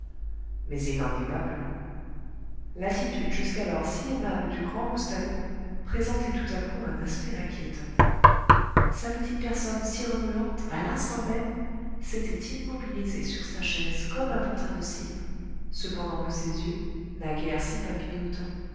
mais il n'en dit pas plus long l'attitude jusqu'alors si aimable du grand loustalot présentait tout à coup un aspect inquiétant sa petite personne si remuante à l'instant même s'était immobilisée sur sa chaise comme un pantin de cire cependant que ses yeux naguère si